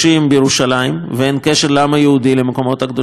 ואין לעם היהודי קשר למקומות הקדושים בירושלים,